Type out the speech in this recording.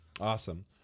Awesome